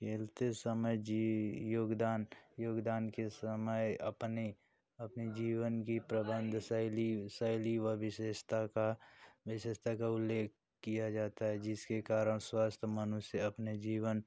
खेलते समय जी योगदान योगदान के समय अपने अपनी जीवन की प्रबंध शैली शैली व विशेषता का विशेषता का उल्लेख किया जाता है जिसके कारण स्वस्थ मनुष्य अपने जीवन